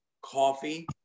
coffee